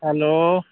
hello